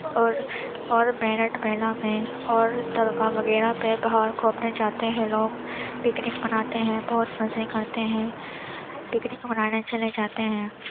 اور اور میرٹھ میلا میں اور درگاہ وغیرہ پہ باہر گھومنے جاتے ہیں لوگ پکنک مناتے ہیں بہت مزے کرتے ہیں پکنک منانے چلے جاتے ہیں